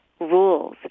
rules